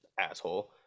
asshole